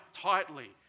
tightly